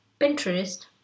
pinterest